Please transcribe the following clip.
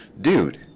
Dude